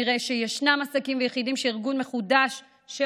נראה שיש עסקים ויחידים שארגון מחודש של